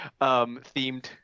themed